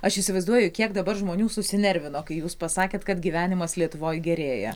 aš įsivaizduoju kiek dabar žmonių susinervino kai jūs pasakėte kad gyvenimas lietuvoj gerėja